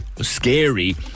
scary